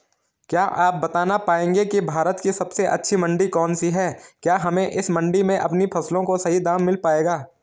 क्या आप बताना पाएंगे कि भारत की सबसे अच्छी मंडी कौन सी है क्या हमें इस मंडी में अपनी फसलों का सही दाम मिल पायेगा?